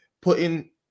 putting